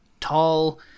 Tall